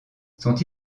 sont